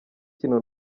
ikintu